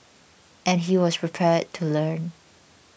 and he was prepared to learn